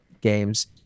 games